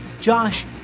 josh